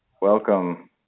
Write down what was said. Welcome